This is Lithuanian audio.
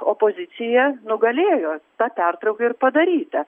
opozicija nugalėjo ta pertrauka ir padaryta